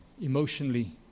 emotionally